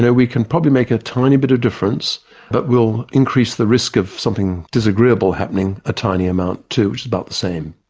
yeah we can probably make a tiny bit of difference but we will increase the risk of something disagreeable happening a tiny amount too, which is about the same.